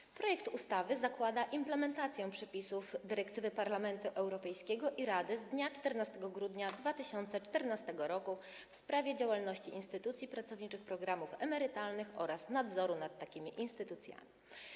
Celem projektowanej ustawy jest implementacja przepisów dyrektywy Parlamentu Europejskiego i Rady (UE) z dnia 14 grudnia 2014 r. w sprawie działalności instytucji pracowniczych programów emerytalnych oraz nadzoru nad takimi instytucjami.